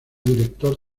director